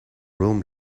room